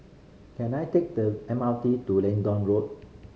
can I take the M R T to Leedon Road